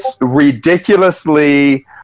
ridiculously